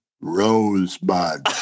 Rosebud